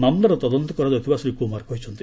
ମାମଲାର ତଦନ୍ତ କରାଯାଉଥିବା ଶ୍ରୀ କୁମାର କହିଛନ୍ତି